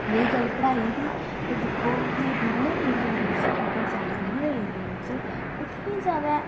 रेही गल्ल पढ़ाई दी ते दिक्खो की रूरल एरिया बिच जां मतलब ग्रांऽ दे एरिया बिच उत्थें ई जादै